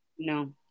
No